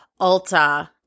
Ulta